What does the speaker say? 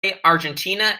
argentina